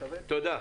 תודה.